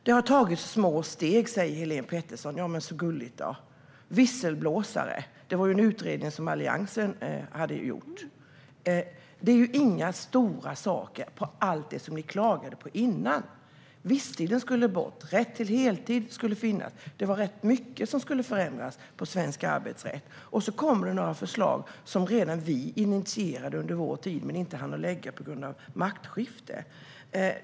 Det har tagits små steg, säger Helén Pettersson. Så gulligt då! När det gäller visselblåsare var det en utredning som Alliansen hade gjort. Det är inga stora saker på allt det som ni klagade på innan. Visstiden skulle bort, och rätt till heltid skulle finnas. Det var rätt mycket som skulle förändras i svensk arbetsrätt. Sedan kommer det några förslag som vi initierade under vår tid men inte hann lägga fram på grund av maktskiftet.